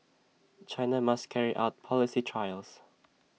China must carry out policy trials